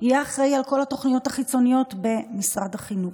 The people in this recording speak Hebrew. יהיה אחראי לכל התוכניות החיצוניות במשרד החינוך.